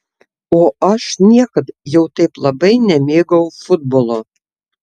o aš niekad jau taip labai nemėgau futbolo